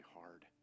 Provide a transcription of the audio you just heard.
hard